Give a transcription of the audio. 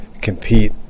compete